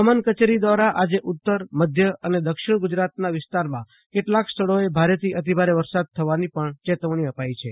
હવામાન કચેરી દ્વારા આવતીકાલે ઉત્તર મધ્ય અને દક્ષિણ ગુજરાતના વિસ્તારમાં કેટલાંક સ્થળોએ ભારેથી અતિ ભારે વરસાદ પડવાની પણ ચેતવણી અપાઈ છે